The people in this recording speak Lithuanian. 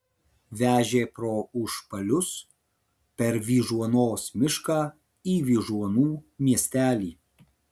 vežė pro užpalius per vyžuonos mišką į vyžuonų miestelį